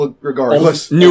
regardless